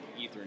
ethernet